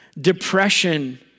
depression